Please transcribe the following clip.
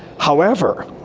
however,